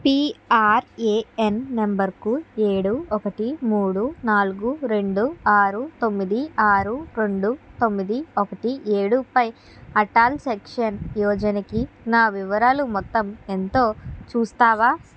PRAN నంబర్కు ఏడు ఒకటి మూడు నాల్గు రెండు ఆరు తొమ్మిది ఆరు రెండు తొమ్మిది ఒకటి ఏడు పై అటాల్ సెక్షన్ యోజనకి నా వివరాలు మొత్తం ఎంతో చూస్తావా